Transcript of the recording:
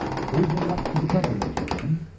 cozying up to the trump administration.